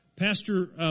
Pastor